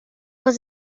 was